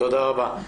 תודה רבה.